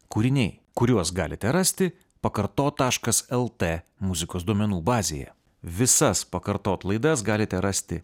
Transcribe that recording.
kūriniai kuriuos galite rasti pakartot taškas lt muzikos duomenų bazėje visas pakartot laidas galite rasti